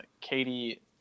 Katie